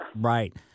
Right